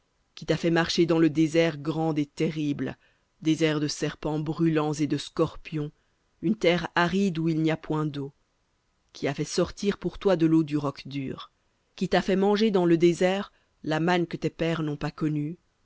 qui t'a fait marcher dans le désert grand et terrible de serpents brûlants et de scorpions une terre aride où il n'y a point d'eau qui a fait sortir pour toi de l'eau du roc dur qui t'a fait manger dans le désert la manne que tes pères n'ont pas connue